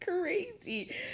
crazy